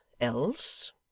else